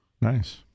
Nice